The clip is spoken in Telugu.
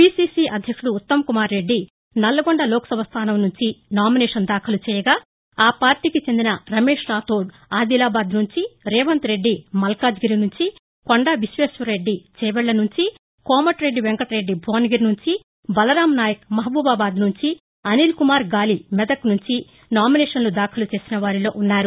పిసిసి అధ్యక్షుడు ఉత్తమ్కుమార్ రెడ్డి నల్గొండ లోక్సభ స్థానంనుంచి నామినేషన్ వేయగా ఆ పార్టీకి దినరమేష్ రాతోడ్ ఆదిలాబాద్ నుంచి రేవంత్రెడ్డి మల్కాజ్గిరి నుంచి కొండా విశ్వేశ్వర్రెడ్డి చేవెళ్ళనుంచి కోమటిరెడ్డి భోన్ గిరి నుంచి బలరాంనాయక్ మహబూబాబాద్ నుంచి అనిల్కుమార్ గాలి మెదక్ నుంచి నామినేషన్లు దాఖలు చేసినవారిలో ఉన్నారు